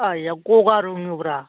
आया गगा रुङोब्रा